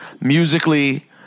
Musically